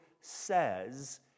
says